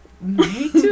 Mate